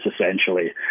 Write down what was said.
essentially